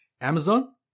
Amazon